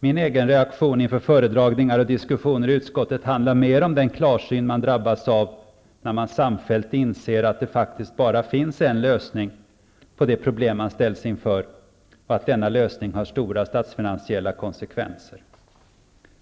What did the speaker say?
Min egen reaktion inför föredragningar och diskussioner i utskottet handlar mer om den klarsyn man drabbas av när man samfällt inser att det faktiskt bara finns en lösning på det problem man ställts inför, och att denna lösning har stora statsfinansiella konsekvenser.